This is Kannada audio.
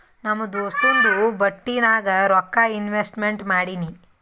ನಮ್ ದೋಸ್ತುಂದು ಬಟ್ಟಿ ನಾಗ್ ರೊಕ್ಕಾ ಇನ್ವೆಸ್ಟ್ಮೆಂಟ್ ಮಾಡಿನಿ